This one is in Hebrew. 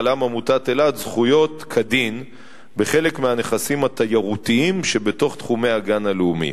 זכויות כדין בחלק מהנכסים התיירותיים שבתוך תחומי הגן הלאומי,